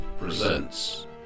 presents